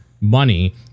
money